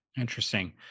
Interesting